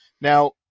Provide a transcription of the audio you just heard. Now